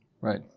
Right